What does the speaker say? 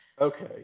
Okay